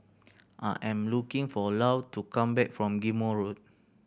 I am waiting for Lou to come back from Ghim Moh Road